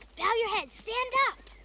bow your head. stand up.